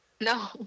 No